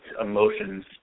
emotions